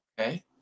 okay